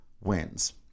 wins